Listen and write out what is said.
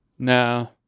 No